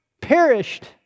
perished